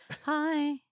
Hi